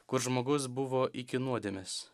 kur žmogus buvo iki nuodėmės